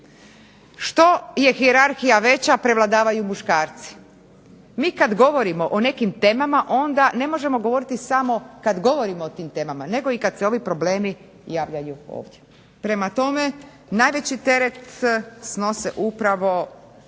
Što je hijerarhija veća prevladavaju muškarci. Mi kad govorimo o nekim temama onda ne možemo govoriti samo kad govorimo o tim temama, nego i kad se ovi problemi javljaju ovdje. Prema tome, najveći teret snose upravo